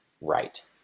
right